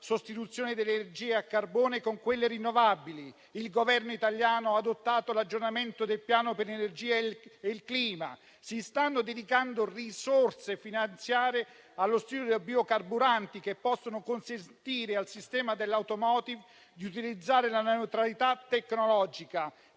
sostituzione dell'energia a carbone con quella rinnovabile; il Governo italiano ha adottato l'aggiornamento del Piano per l'energia e il clima; si stanno dedicando risorse finanziarie allo studio dei biocarburanti, che possono consentire al sistema dell'*automotive* di utilizzare la neutralità tecnologica,